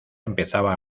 empezaba